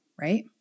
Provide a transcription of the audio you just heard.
right